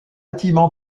bâtiments